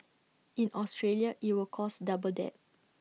in Australia IT would cost double that